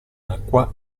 acqua